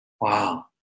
Wow